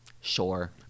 sure